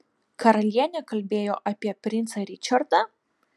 karalienė kalbėjo apie princą ričardą